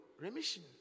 remission